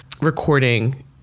recording